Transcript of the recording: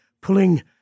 pulling